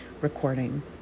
recording